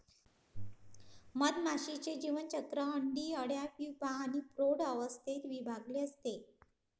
मधमाशीचे जीवनचक्र अंडी, अळ्या, प्यूपा आणि प्रौढ अवस्थेत विभागलेले असते